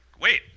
wait